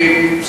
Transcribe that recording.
מעניין.